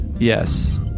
Yes